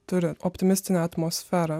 turi optimistinę atmosferą